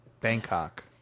Bangkok